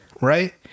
right